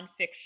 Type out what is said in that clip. nonfiction